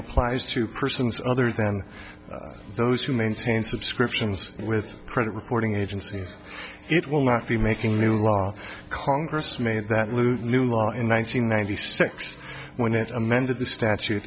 applies to persons other than those who maintain subscriptions with credit reporting agencies it will not be making new law congress made that move new law in one nine hundred ninety six when it amended the statute